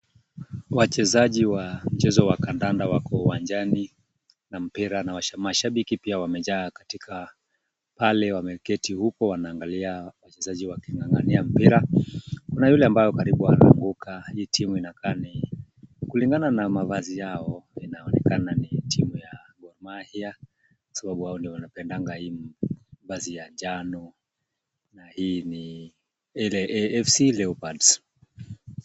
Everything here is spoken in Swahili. Wachezaji wa mchezo wa kandanda wako uwanjani na mpira na mashabiki pia wamejaa katika pale wameketi huko wanangalia wachezaji waking'ang'ania mpira. Kuna yule ambaye karibu anaaguka, timu inakaa ni, kulingana na mavazi yao, inaonekana ni timu ya Gor Mahia sababu hao ndio wanapendanga hii vazi ya njano na hii ni FC Leopards.